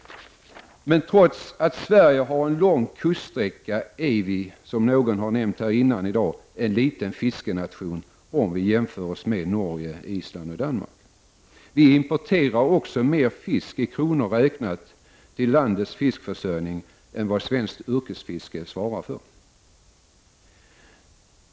Men trots att Sverige har en lång kuststräcka är vi, som någon har nämnt här tidigare i dag, en liten fiskenation om vi jämför oss med Norge, Island och Danmark. Vi importerar också mer fisk i kronor räknat till landets fiskförsörjning än vad svenskt yrkesfiske svarar för.